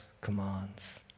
commands